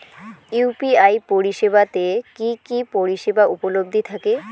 UPI পরিষেবা তে কি কি পরিষেবা উপলব্ধি থাকে?